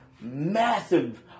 massive